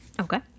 Okay